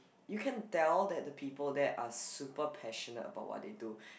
you can tell that the people there are super passionate about what they do